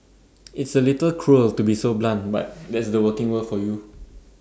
it's A little cruel to be so blunt but that's the working world for you